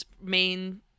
main